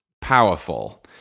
powerful